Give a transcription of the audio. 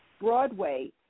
Broadway